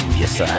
yes